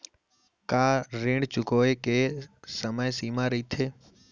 का ऋण चुकोय के समय सीमा रहिथे?